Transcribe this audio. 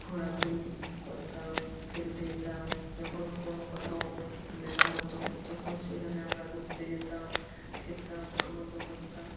ঘোরাঘুরি করতাম খেলতে যেতাম যখন কোনো কোথাও মেলা হতো তখন সেখানে আমরা ঘুরতে যেতাম খেতাম আনন্দ করতাম